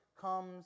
comes